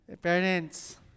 Parents